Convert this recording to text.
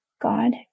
God